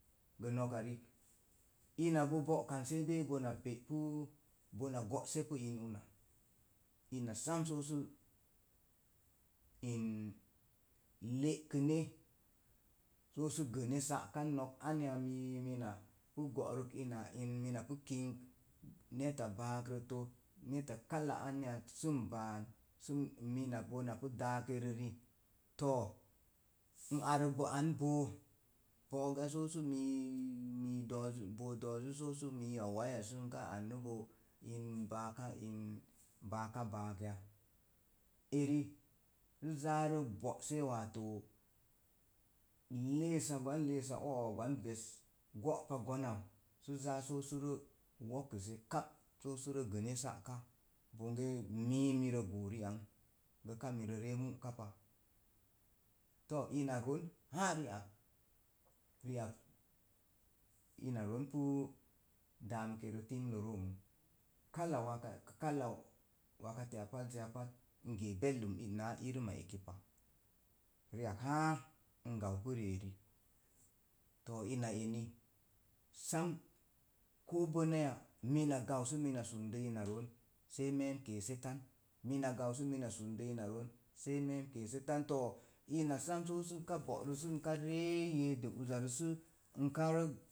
Gə noka riika ina bo bo'kan sei dei bona pe'pu, bona gose pu una. Ina sam sə in le'kine so su gənne sa'kan no̱k, anya mii mina pu go'rukun ina pu kink, neta baakrəttə. neta kala sə n baat, sə mina pu daakerə ri to̱o̱ n arkbo an boo bo'ok ga so su mii n boo doozuz. So su mii’ wayaz sə nka anna bo in baaka in baaka baak ya? Eri sə zaa rə bo'se waato leesa gwan leesa o'wa gwan vəs go'pa gonan, sə zaa so sərə wo̱kise kap, sə səre gənne sa'ka’ bonge mii mire goo riang, gə karə mirə ree muka pa to̱o̱ ina roon haa riak, riak ina ron pu daamikərə timlə roo n kala waka teya pazzəya pat n gee belɗim naa irima eoki pa ri'ak haa n gau pa ri'eri. to ina eni sam koo benaya mina gau sə mina sundo ina roon, sei meem keese tan, mina, gau sə mina sundo ina roon sei meem keese tan. too ina san so sə nka bo'ro sə nka ree yede uzarə sə